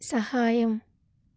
సహాయం